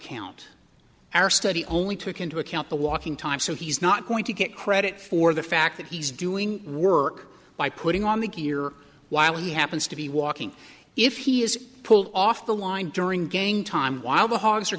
count our study only took into account the walking time so he's not going to get credit for the fact that he's doing work by putting on the gear while he happens to be walking if he is pulled off the line during game time while the hogs